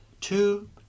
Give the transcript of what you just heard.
two